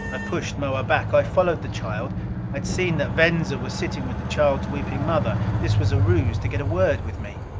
i pushed moa back. i followed the child. i had seen that venza was sitting with the child's weeping mother. this was a ruse to get a word with me.